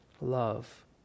love